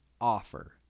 offer